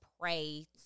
pray